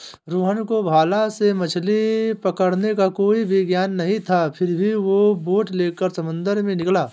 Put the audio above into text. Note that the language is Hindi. रोहन को भाला से मछली पकड़ने का कोई भी ज्ञान नहीं था फिर भी वो बोट लेकर समंदर में निकला